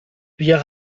wir